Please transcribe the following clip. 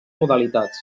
modalitats